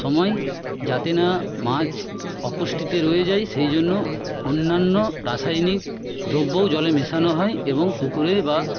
সময় যাতে না মাছ অপুষ্টিতে রয়ে যায় সেই জন্য অন্যান্য রাসায়নিক দ্রব্যও জলে মেশানো হয় এবং পুকুরে বা